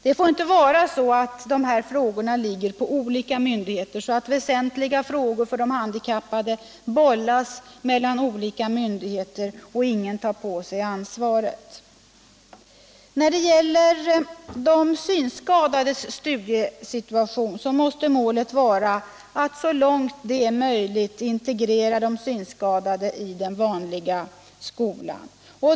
Det får inte vara så att de här frågorna ligger hos olika myndigheter, så att väsentliga frågor för de handikappade bollas mellan olika myndigheter och ingen tar på sig ansvaret. I fråga om de synskadades studiesituation måste målet vara att så långt möjligt integrera de synskadade i den vanliga skolan.